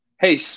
Hey